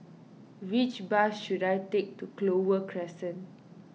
which bus should I take to Clover Crescent